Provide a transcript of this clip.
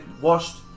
washed